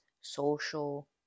social